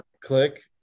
click